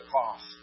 cost